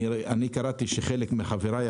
קראתי שחלק מחבריי,